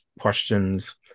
questions